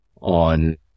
on